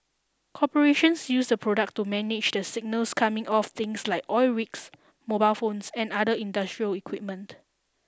corporations use the product to manage the signals coming off things like oil rigs mobile phones and other industrial equipment